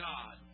God